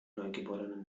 neugeborenen